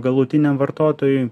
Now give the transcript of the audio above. galutiniam vartotojui